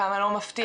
כמה לא מפתיע,